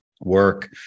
work